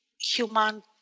human